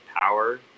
power